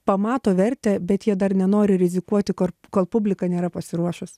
pamato vertę bet jie dar nenori rizikuoti kor kol publika nėra pasiruošus